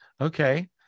Okay